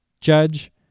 judge